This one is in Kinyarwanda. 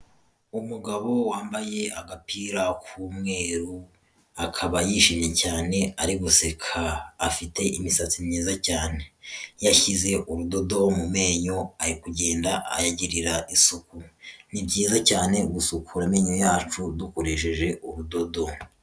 Umugabo wambaye agapira k'umweru, akaba yishimye cyane ari guseka afite imisatsi myiza cyane, yashyize urudodo mu menyo ari kugenda ayagirira isuku, ni byiza cyane gusukura amenyo yacu dukoresheje urudodo.